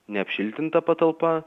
neapšiltinta patalpa